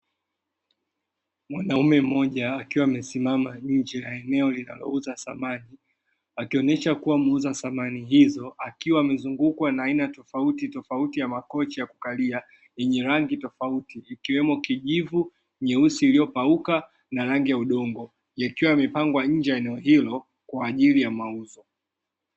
Mwanaume mmoja akiwa amesimama nje ya eneo linalouza samani akionyesha kuwa muuza samani hizo akiwa amezungukwa na aina tofauti tofauti ya makochi ya kukalia yenye rangi tofauti ikiwemo kijivu, nyeusi iliyopauka, na rangi ya udongo yakiwa yamepangwa nje ya eneo hilo kwa ajili ya mauzo.